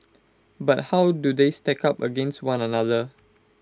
but how do they stack up against one another